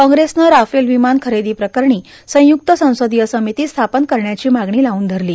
काँग्रेसनं राफेल विमान खरेदी प्रकरणी संयुक्त संसदीय समिती स्थापन करण्याची मागणी लावून धरली